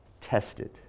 tested